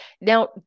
Now